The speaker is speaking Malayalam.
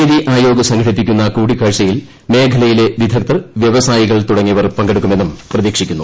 നീതി സംഘടിപ്പിക്കുന്ന കൂടിക്കാഴ്ചയിൽ മേഖലയിലെ വിദ്ഗ്ദ്ധർ വ്യവസായികൾ തുടങ്ങിയവർ പങ്കെടുക്കുമെന്നും പ്രതീക്ഷിക്കുന്നു